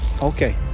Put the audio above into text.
Okay